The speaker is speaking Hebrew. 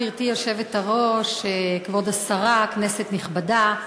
גברתי היושבת-ראש, תודה, כבוד השרה, כנסת נכבדה,